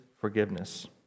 forgiveness